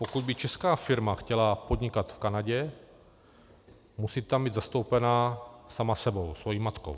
Pokud by česká firma chtěla podnikat v Kanadě, musí tam být zastoupena sama sebou, svojí matkou.